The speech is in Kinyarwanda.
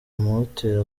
amahoteli